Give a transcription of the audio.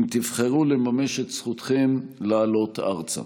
אם תבחרו לממש את זכותכם לעלות ארצה.